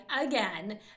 again